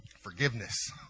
Forgiveness